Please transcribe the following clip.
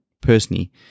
personally